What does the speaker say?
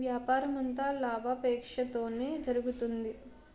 వ్యాపారమంతా లాభాపేక్షతోనే జరుగుతుంది